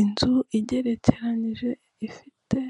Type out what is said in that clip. Inzu igerekeranyije, ifite